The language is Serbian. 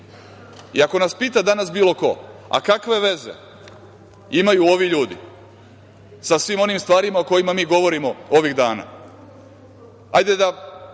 ako nas pita danas bilo ko, kakve veze imaju ovi ljudi sa svim onim stvarima o kojima mi govorimo ovih dana, hajde da